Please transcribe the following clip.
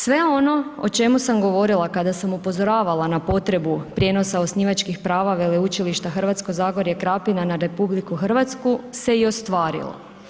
Sve ono o čemu sam govorila kada sam upozoravala potrebu prijenosa osnivačkih prava Veleučilište Hrvatsko zagorje-Krapina na RH se i ostvarilo.